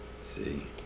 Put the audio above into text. see